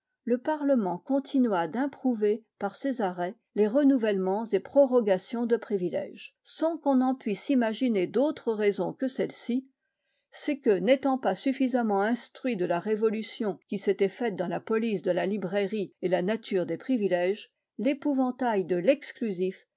le parlement continua d'improuver par ses arrêts les renouvellements et prorogations de privilèges sans qu'on en puisse imaginer d'autre raison que celle-ci c'est que n'étant pas suffisamment instruit de la révolution qui s'était faite dans la police de la librairie et la nature des privilèges l'épouvantail de l'exclusif